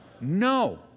No